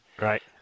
Right